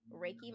Reiki